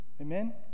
Amen